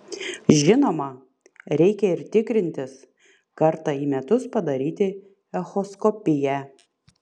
žinoma reikia ir tikrintis kartą į metus padaryti echoskopiją